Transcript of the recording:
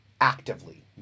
actively